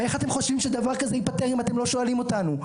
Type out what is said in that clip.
איך אתם חושבים שדבר כזה ייפתר אם אתם לא שואלים אותנו.